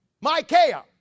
Micaiah